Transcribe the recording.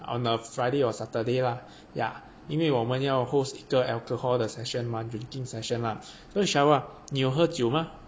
on a friday or saturday lah ya 因为我们要 host 一个 alcohol 的 session mah drinking session lah so shower 你有喝酒吗